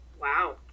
Wow